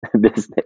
business